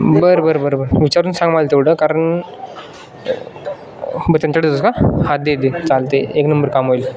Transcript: बरं बरं बरं बरं विचारून सांग मला तेवढं कारण बरं त्यांच्याकडे देतोस का का हा दे चालते आहे एक नंबर काम होईल